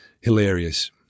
Hilarious